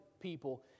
people